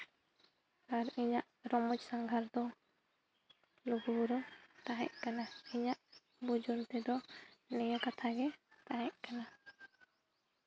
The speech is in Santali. ᱟᱨ ᱤᱧᱟᱹᱜ ᱨᱚᱢᱚᱡᱽ ᱥᱟᱸᱜᱷᱟᱨ ᱫᱚ ᱞᱩᱜᱩᱼᱵᱩᱨᱩ ᱛᱟᱦᱮᱸ ᱠᱟᱱᱟ ᱤᱧᱟᱹᱜ ᱵᱩᱡᱟᱹᱱ ᱛᱮᱫᱚ ᱱᱤᱭᱟᱹ ᱠᱟᱛᱷᱟ ᱜᱮ ᱛᱟᱦᱮᱸ ᱠᱟᱱᱟ